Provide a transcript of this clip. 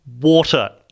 water